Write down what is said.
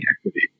equity